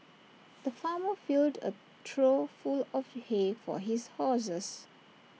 the farmer filled A trough full of hay for his horses